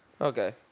Okay